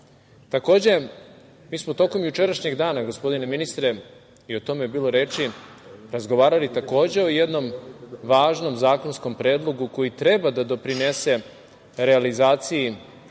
Srbije. Takođe, mi smo tokom jučerašnjeg dana, gospodine ministre, i o tome je bilo reči, razgovarali o jednom važnom zakonskom predlogu koji treba da doprinese realizaciji